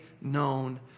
known